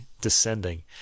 descending